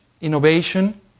innovation